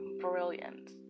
Brilliant